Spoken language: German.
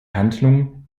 handlung